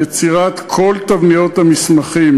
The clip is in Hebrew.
יצירת כל תבניות המסמכים,